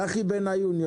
צחי בן עיון,